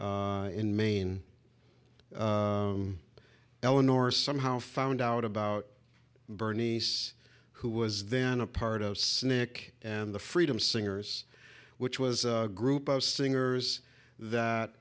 in maine eleanor somehow found out about bernie's who was then a part of cynic and the freedom singers which was a group of singers that